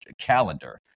calendar